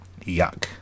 Yuck